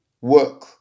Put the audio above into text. work